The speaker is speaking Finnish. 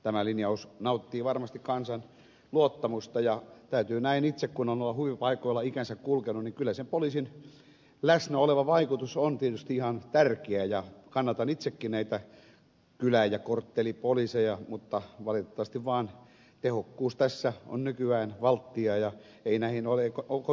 tämä linjaus nauttii varmasti kansan luottamusta ja täytyy sanoa kun itse on noilla huvipaikoilla ikänsä kulkenut että kyllä se poliisin läsnä oleva vaikutus on tietysti ihan tärkeä ja kannatan itsekin näitä kylä ja korttelipoliiseja mutta valitettavasti vaan tehokkuus tässä on nykyään valttia ja ei näihin ole kovin paljon resursseja